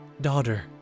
Daughter